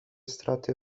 straty